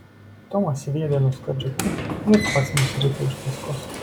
tomas sviedė nuo skardžio kumpį ir pats nusirito iš paskos